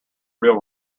real